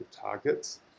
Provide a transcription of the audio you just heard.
targets